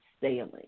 sailing